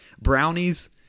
Brownies